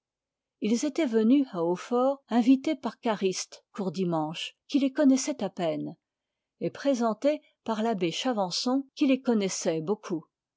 ils étaient venus à hautfort invités par cariste courdimanche qui les connaissait à peine et présentés par l'abbé chavançon qui les connaissait beaucoup